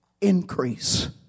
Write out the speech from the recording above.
Increase